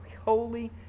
holy